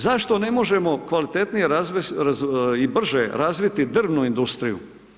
Zašto ne možemo kvalitetnije i brže razviti drvnu industriju?